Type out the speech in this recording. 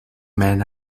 men